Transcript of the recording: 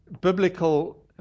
biblical